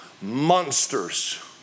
monsters